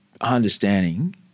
understanding